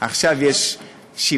עכשיו יש שיבולים